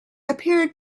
appeared